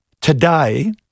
Today